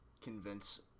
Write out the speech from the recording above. convince